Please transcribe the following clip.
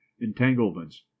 entanglements